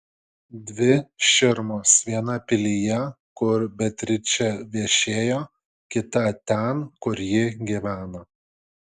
dvi širmos viena pilyje kur beatričė viešėjo kita ten kur ji gyveno